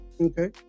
Okay